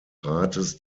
rates